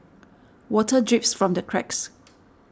water drips from the cracks